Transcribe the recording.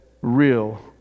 real